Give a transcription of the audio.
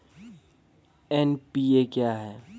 NPA क्या हैं?